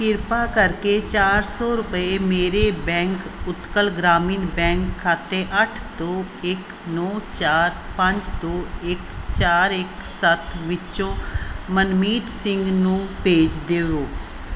ਕਿਰਪਾ ਕਰਕੇ ਚਾਰ ਸੌ ਰੁਪਏ ਮੇਰੇ ਬੈਂਕ ਉਤਕਲ ਗ੍ਰਾਮੀਣ ਬੈਂਕ ਖਾਤੇ ਅੱਠ ਦੋ ਇੱਕ ਨੌਂ ਚਾਰ ਪੰਜ ਦੋ ਇੱਕ ਚਾਰ ਇੱਕ ਸੱਤ ਵਿੱਚੋਂ ਮਨਮੀਤ ਸਿੰਘ ਨੂੰ ਭੇਜ ਦੇਵੋ